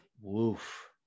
Woof